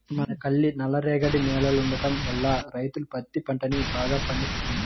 మనకల్లి నల్లరేగడి నేలలుండటం వల్ల రైతులు పత్తి పంటని బాగా పండిత్తన్నారు